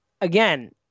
again